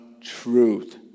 truth